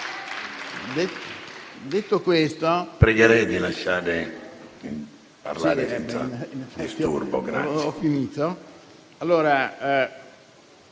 Detto questo,